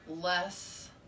less